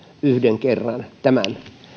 yhden kerran tämän